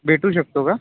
भेटू शकतो का